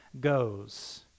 goes